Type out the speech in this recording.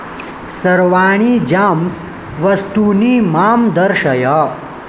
सर्वाणि जाम्स् वस्तूनि मां दर्शय